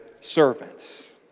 servants